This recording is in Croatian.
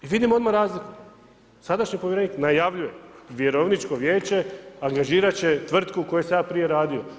I vidimo odmah razliku, sadašnji povjerenik najavljuje vjerovničko vijeće angažirat će tvrtku u kojoj sam ja prije radio.